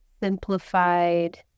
simplified